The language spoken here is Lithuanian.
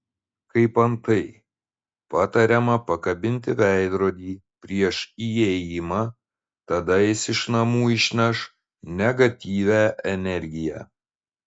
kaip antai patariama pakabinti veidrodį prieš įėjimą tada jis iš namų išneš negatyvią energiją